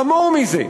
חמור מזה,